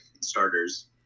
starters